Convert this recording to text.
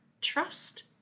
Trust